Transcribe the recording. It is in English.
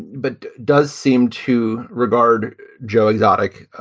but does seem to regard joe exotic,